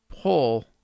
pull